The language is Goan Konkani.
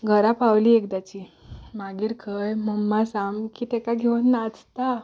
घरा पावलीं एकदांची मागीर खंय मम्मा सामकी ताका घेवन नाचता